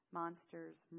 monsters